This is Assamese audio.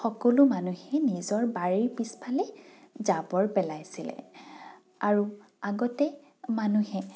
সকলো মানুহে নিজৰ বাৰীৰ পিছফালে জাবৰ পেলাইছিলে আৰু আগতে মানুহে